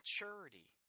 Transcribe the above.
maturity